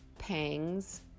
Pang's